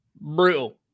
brutal